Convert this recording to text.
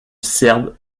serbe